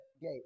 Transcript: gate